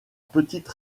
petite